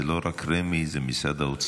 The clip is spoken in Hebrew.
זה לא רק רמ"י, זה משרד האוצר.